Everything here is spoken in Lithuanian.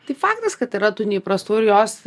tai faktas kad yra tų neįprastų ir jos